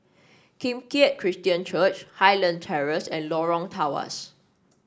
Kim Keat Christian Church Highland Terrace and Lorong Tawas